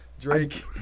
Drake